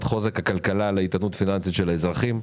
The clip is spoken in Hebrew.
חוזק הכלכלה לאיתנות פיננסית של האזרחים,